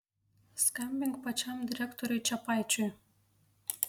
skambink pačiam direktoriui čepaičiui